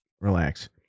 Relax